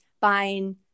buying